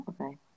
Okay